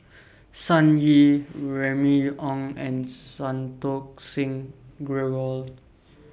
Sun Yee Remy Ong and Santokh Singh Grewal